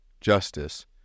Justice